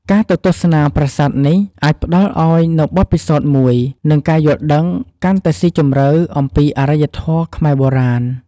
ការទៅទស្សនាប្រាសាទនេះ អាចផ្តល់ឲ្យនូវបទពិសោធន៍មួយ និងការយល់ដឹងកាន់តែស៊ីជម្រៅអំពីអរិយធម៌ខ្មែរបុរាណ។